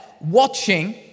watching